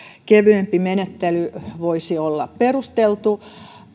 kevyempi menettely voisi olla perusteltu